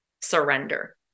Surrender